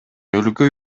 өлкө